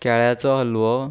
केळ्याचो हलवो